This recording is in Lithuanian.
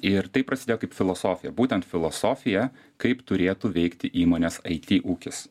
ir tai prasidėjo kaip filosofija būtent filosofija kaip turėtų veikti įmonės it ūkis